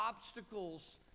obstacles